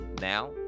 now